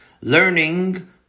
learning